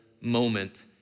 moment